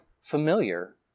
familiar